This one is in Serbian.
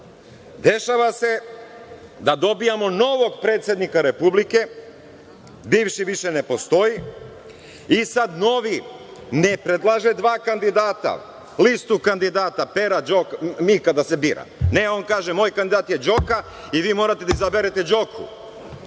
Dešava se da dobijamo novog predsednika Republike, bivši više ne postoji i sada novi ne predlaže dva kandidata, listu kandidata, Pera, Mika da se bira. Ne, on kaže moj kandidat je Đoka i vi morate da izaberete Đoku